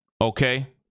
Okay